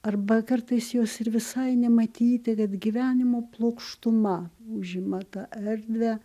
arba kartais jos ir visai nematyti kad gyvenimo plokštuma užima tą erdvę